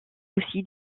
aussi